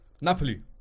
Napoli